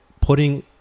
putting